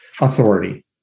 authority